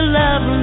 love